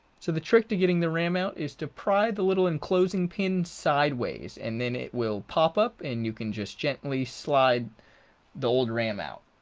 so the trick to getting the ram out is to pry the little enclosing pins sideways and then it will pop up and you can just gently slide the old ram out.